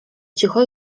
cicho